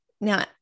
Now